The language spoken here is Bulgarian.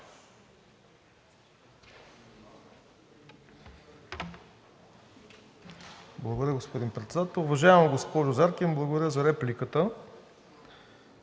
Благодаря, господин Председател. Уважаема госпожо Заркин, благодаря за репликата.